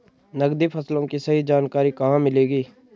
नकदी फसलों की सही जानकारी कहाँ मिलेगी?